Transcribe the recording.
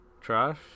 trash